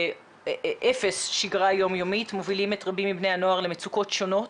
אפס שגרה יומיומית שמוביל רבים מבני הנוער למצוקות שונות.